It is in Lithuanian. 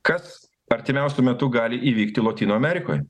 kas artimiausiu metu gali įvykti lotynų amerikoj